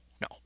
no